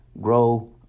grow